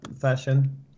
fashion